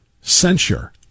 censure